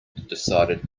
decided